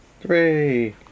three